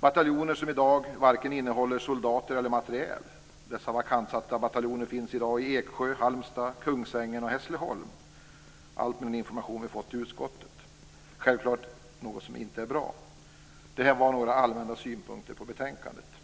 bataljoner som i dag inte innehåller vare sig soldater eller materiel. Dessa vakantsatta bataljoner finns i dag, enligt information som vi har fått i utskottet, i Eksjö, Halmstad, Kungsängen och Hässleholm. Detta är självklart inte bra. Herr talman! Detta var några allmänna synpunkter på betänkandet.